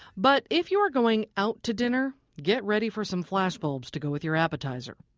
but if you're going out to dinner, get ready for some flashbulbs to go with your appetizer.